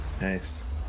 nice